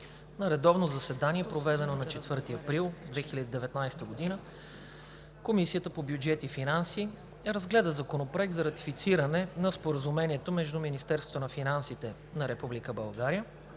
На редовно заседание, проведено на 4 април 2019 г., Комисията по бюджет и финанси разгледа Законопроект за ратифициране на Споразумението между Министерството на финансите на Република България